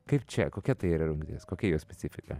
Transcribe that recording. kaip čia kokia tai yra rungtis kokia jos specifika